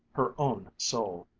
her own soul.